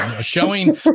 showing